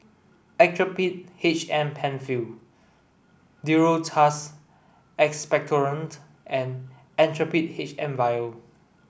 Actrapid H M Penfill Duro Tuss Expectorant and Actrapid H M Vial